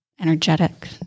energetic